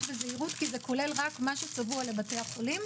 בזהירות כי זה כולל רק מה שצבוע לבתי החולים,